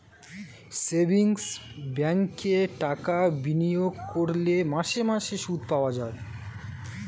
savings ব্যাঙ্কে টাকা বিনিয়োগ করলে মাসে মাসে সুদ পাওয়া যায়